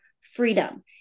freedom